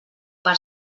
per